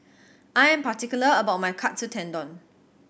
I'm particular about my Katsu Tendon